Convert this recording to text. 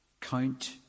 Count